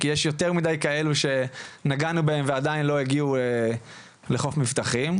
כי יש יותר מידיי כאלו שנגענו בהם ועדיין לא הגיעו לחוף מבטחים.